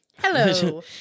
Hello